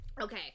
okay